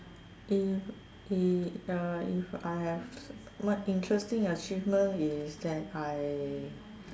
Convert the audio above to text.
if if uh if I have my interesting achievement is that I